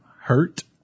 Hurt